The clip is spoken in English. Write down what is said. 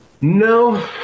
No